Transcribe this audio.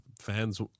fans